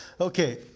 Okay